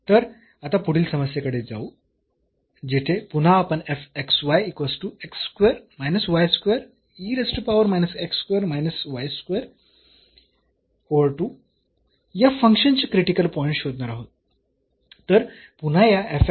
तर आता पुढील समस्येकडे जाऊ येथे पुन्हा आपण या फंक्शन चे क्रिटिकल पॉईंट्स शोधणार आहोत